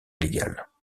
légales